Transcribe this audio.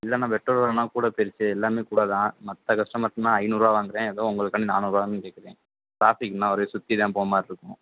இல்லைண்ணா பெட்ரோல் விலைன்னா கூட போயிடுச்சு எல்லாமே கூட தான் மற்ற கஸ்டமர்ஸ்ன்னா ஐநூறுவா வாங்கிறேன் ஏதோ உங்களுக்காண்டி நானூறுவா தான் கேட்குறேன் ட்ராஃபிக்ன்னா ஒரே சுற்றி தான் போகிறமாதிரி இருக்கும்